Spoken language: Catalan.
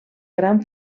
gran